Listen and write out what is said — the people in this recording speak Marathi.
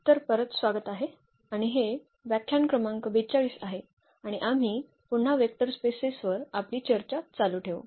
तर परत स्वागत आहे आणि हे व्याख्यान क्रमांक 42 आहे आणि आम्ही पुन्हा वेक्टर स्पेसेस वर आपली चर्चा चालू ठेवू